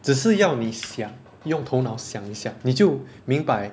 只是要你想用头脑想一下你就明白